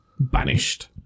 Banished